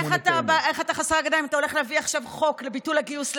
איך אתה חסר הגנה אם אתה הולך להביא עכשיו חוק לביטול הגיוס לצה"ל,